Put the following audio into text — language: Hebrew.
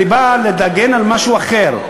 אני בא להגן על משהו אחר.